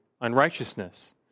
unrighteousness